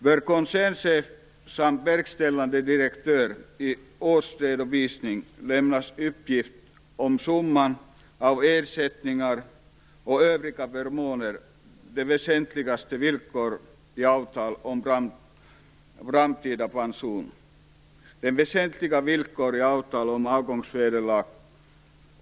För koncernchef samt verkställande direktör skall i årsredovisningen lämnas uppgift om summan av ersättningar och övriga förmåner, de väsentligaste villkoren i avtal om framtida pension och de väsentligaste villkoren i avtal om avgångsvederlag.